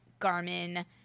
Garmin